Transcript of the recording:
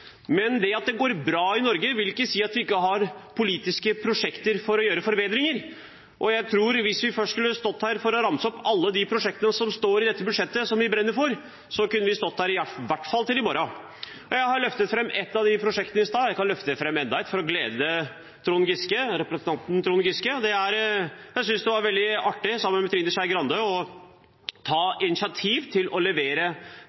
Men det at det går bra i Norge, vil ikke si at vi ikke har politiske prosjekter for å gjøre forbedringer. Jeg tror at hvis vi først skulle stått her og ramset opp alle de prosjektene som det står om i dette budsjettet, som vi brenner for, kunne vi stått her i hvert fall til i morgen. Jeg løftet fram ett av disse prosjektene i stad, og jeg kan løfte fram enda et for å glede representanten Trond Giske. Jeg synes det var veldig artig, sammen med Trine Skei Grande, å ta